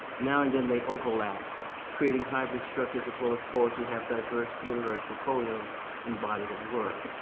now and then, they overlap creating hybrid structures, as well as poets who have diverse literary portfolios and bodies of work.